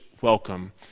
welcome